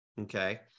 Okay